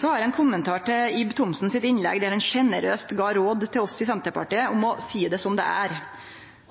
Så har eg ein kommentar til Ib Thomsen sitt innlegg, der han sjenerøst gav råd til oss i Senterpartiet om å seie det som det er.